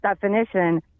definition